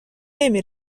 نمی